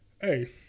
Hey